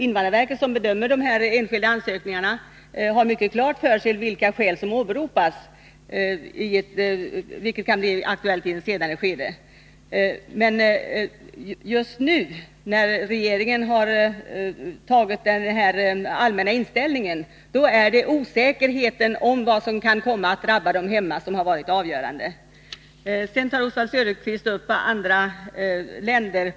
Invandrarverket, som bedömer de här enskilda ansökningarna, har mycket klart för sig vilka skäl som åberopas, vilket kan bli aktuellt i ett senare skede. Men just nu när regeringen intagit denna allmänna inställning är det osäkerheten om vad som kan komma att drabba dem hemma som varit avgörande. Sedan tar Oswald Söderqvist upp andra länder.